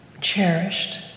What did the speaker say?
cherished